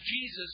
Jesus